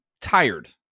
tired